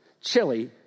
chili